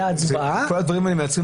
כל הדברים האלה מייצרים